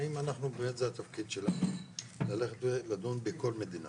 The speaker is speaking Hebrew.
האם זה באמת התפקיד שלנו ללכת ולדון בכל מדינה?